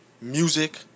Music